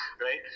right